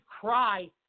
cry